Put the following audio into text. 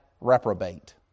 reprobate